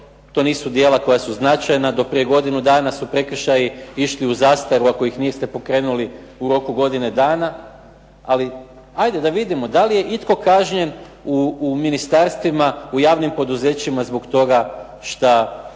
to nisu djela koja su značajna. Do prije godinu dana su prekršaji išli u zastaru ako ih niste pokrenuli u roku godine dana, ali ajde da vidimo da li je itko kažnjen u ministarstvima, u javnim poduzećima zbog toga što